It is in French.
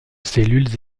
cellules